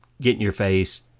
get-in-your-face